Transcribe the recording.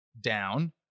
down